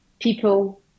people